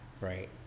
right